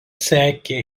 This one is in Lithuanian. sekė